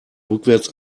rückwärts